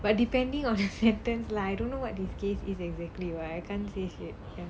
but depending on the sentence lah I don't know what this case is exactly [what] I can't say shit